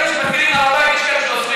יש רבנים שמתירים עלייה להר הבית ויש שאוסרים,